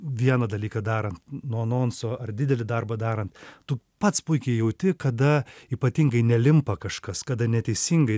vieną dalyką darant nuo anonso ar didelį darbą darant tu pats puikiai jauti kada ypatingai nelimpa kažkas kada neteisingai